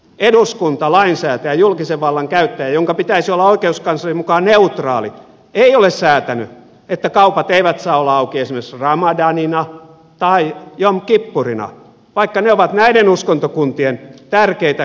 eduskunta lainsäätäjä julkisen vallan käyttäjä jonka pitäisi olla oikeuskanslerin mukaan neutraali ei ole säätänyt että kaupat eivät saa olla auki esimerkiksi ramadanina tai jom kippurina vaikka ne ovat muiden uskontokuntien tärkeitä keskeisiä pyhäpäiviä